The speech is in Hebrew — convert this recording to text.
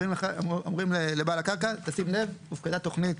אומרים לבעל הקרקע שים לב, הופקדה תוכנית